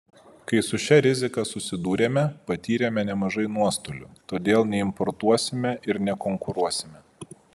kai su šia rizika susidūrėme patyrėme nemažai nuostolių todėl neimportuosime ir nekonkuruosime